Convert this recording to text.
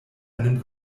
einen